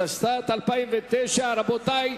התשס"ט 2009. רבותי,